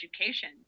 education